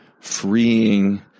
freeing